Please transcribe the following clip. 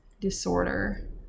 disorder